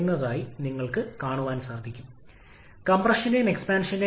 അതിനാൽ ഇവിടെ നമുക്ക് ഒരു ഗ്യാസ് ടർബൈൻ ഉണ്ട് അത് 70 0 സി 1